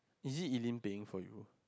is it Elaine paying for you